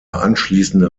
anschließende